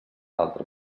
altre